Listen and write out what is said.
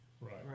Right